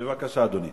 בבקשה, אדוני.